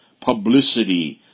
publicity